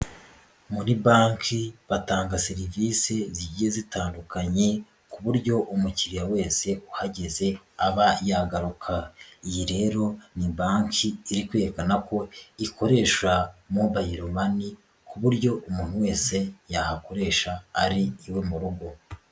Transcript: Muri banki batanga serivisi zigiye zitandukanye ku buryo umukiriya wese uhageze aba yagaruka, iyi rero ni banki iri kwerekana ko ikoreshashwa Mobile Money ku buryo umuntu wese yahakoresha ari iwe mu rugo.